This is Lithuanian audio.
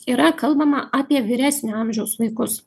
yra kalbama apie vyresnio amžiaus vaikus